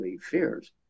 fears